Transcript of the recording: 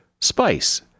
Spice